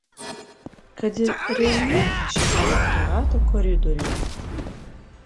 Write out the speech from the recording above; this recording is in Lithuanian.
kad ir reljefai šiame rektorato koridoriuje